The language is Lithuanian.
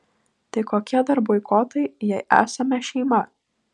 tai kokie dar boikotai jei esame šeima